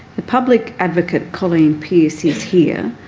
the public advocate, colleen pearce, is here,